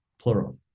plural